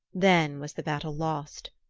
then was the battle lost.